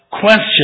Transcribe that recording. question